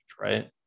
right